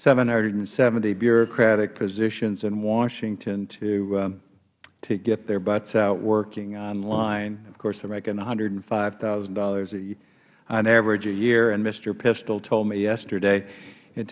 seven hundred and seventy bureaucratic positions in washington to get their butts out working online of course they are making one hundred and five thousand dollars on average a year and mister pistole told me yesterday